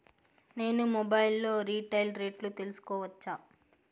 నేను మొబైల్ లో రీటైల్ రేట్లు తెలుసుకోవచ్చా?